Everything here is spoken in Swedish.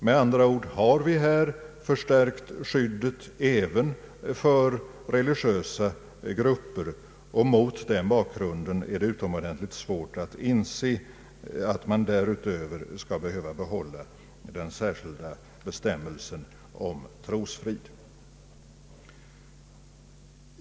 Med andra ord har vi här förstärkt skyddet även för religiösa grupper, och mot den bakgrunden är det mycket svårt att inse att man därutöver skall behöva behålla den särskilda bestämmelsen om trosfrid.